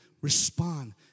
respond